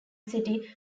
city